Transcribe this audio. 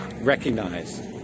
recognize